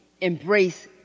embrace